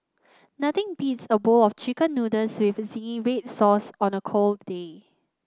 nothing beats a bowl of chicken noodles with zingy red sauce on a cold day